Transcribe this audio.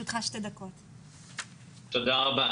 תודה רבה.